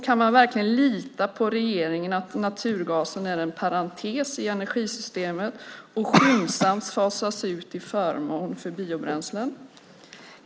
Kan man verkligen lita på regeringen när det gäller att naturgasen är en parentes i energisystemet som skyndsamt ska fasas ut till förmån för biobränslen?